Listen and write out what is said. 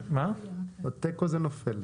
בתיקו זה נופל.